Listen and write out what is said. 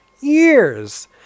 years